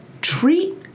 treat